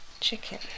Chicken